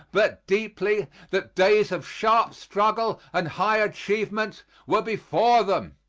but deeply, that days of sharp struggle and high achievement were before them.